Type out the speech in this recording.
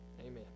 amen